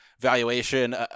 Valuation